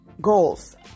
goals